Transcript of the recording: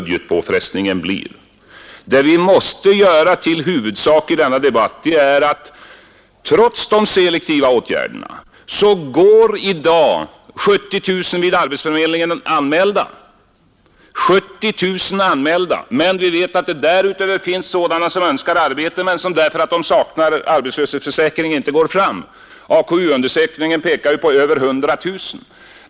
Det vi måste göra till huvudsak i denna debatt, det är att trots de selektiva åtgärderna går i dag 70 000 vid arbetsförmedlingen anmälda utan arbete. 70 000 anmälda — men vi vet att det därutöver finns sådana som önskar arbete men som, därför att de saknar arbetslöshetsförsäkring, inte går fram. AK-undersökningen pekar ju på över 100 000.